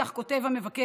כך כותב המבקר,